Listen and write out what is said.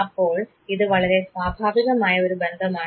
അപ്പോൾ ഇത് വളരെ സ്വാഭാവികമായ ഒരു ബന്ധമാണ്